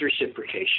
reciprocation